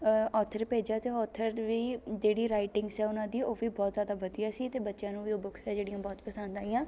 author ਭੇਜਿਆ ਅਤੇ ਉਹ ਔਥਰ ਵੀ ਜਿਹੜੀ ਰਾਈਟਿੰਗਸ ਹੈ ਉਹਨਾਂ ਦੀ ਉਹ ਵੀ ਬਹੁਤ ਜ਼ਿਆਦਾ ਵਧੀਆ ਸੀ ਅਤੇ ਬੱਚਿਆਂ ਨੂੰ ਵੀ ਉਹ ਬੁੱਕਸ ਹੈ ਜਿਹੜੀਆਂ ਬਹੁਤ ਪਸੰਦ ਆਈਆਂ